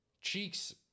Cheeks